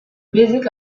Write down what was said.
basic